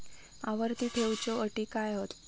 आवर्ती ठेव च्यो अटी काय हत?